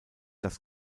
das